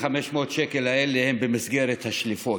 ה-500 השקל האלה הם במסגרת השליפות.